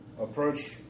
Approach